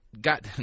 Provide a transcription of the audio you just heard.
got